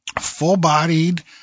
Full-bodied